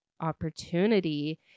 opportunity